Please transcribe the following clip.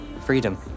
freedom